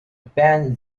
band